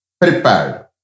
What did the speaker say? prepared